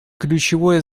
ключевое